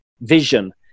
vision